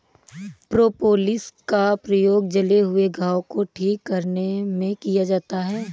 propolis का प्रयोग जले हुए घाव को ठीक करने में किया जाता है